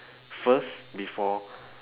first before